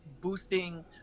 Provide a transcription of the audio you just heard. boosting